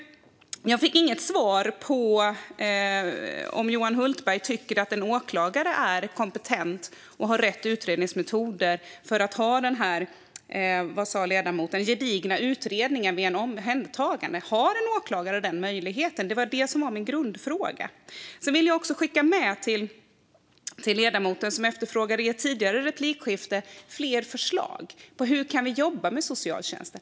Jag fick inget svar på om Johan Hultberg tycker att en åklagare är kompetent och har rätt utredningsmetoder när det gäller den - vad sa ledamoten? - gedigna utredningen vid ett omhändertagande. Har en åklagare den möjligheten? Det var det som var min grundfråga. Ledamoten efterfrågade i ett tidigare replikskifte fler förslag på hur vi kan jobba med socialtjänsten.